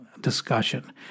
discussion